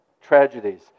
tragedies